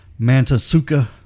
Mantasuka